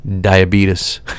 diabetes